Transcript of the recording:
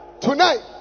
Tonight